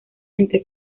entre